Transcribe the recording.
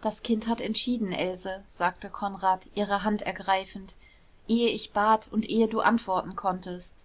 das kind hat entschieden else sagte konrad ihre hand ergreifend ehe ich bat und ehe du antworten konntest